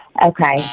Okay